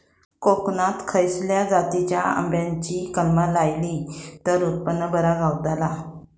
कोकणात खसल्या जातीच्या आंब्याची कलमा लायली तर उत्पन बरा गावताला?